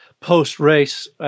post-race